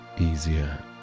easier